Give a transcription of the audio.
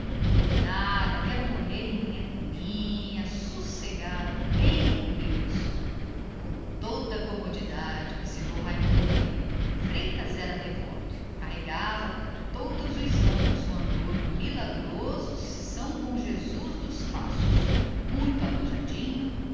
senhor quero morrer na minha caminha sossegado bem com deus com toda a comodidade observou raimundo a rir era devoto todos os anos carregava na procissão o andor do milagroso senhor bom jesus dos passos e muito arranjadinho